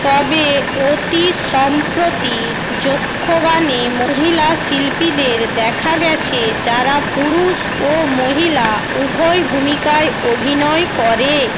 তবে অতি সম্প্রতি যক্ষগানে মহিলা শিল্পীদের দেখা গেছে যারা পুরুষ ও মহিলা উভয় ভূমিকায় অভিনয় করে